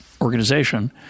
organization